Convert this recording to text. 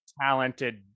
talented